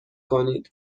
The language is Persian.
کنید